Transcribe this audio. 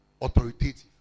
Authoritative